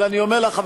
אבל אני אומר לך,